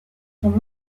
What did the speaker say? sont